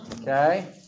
Okay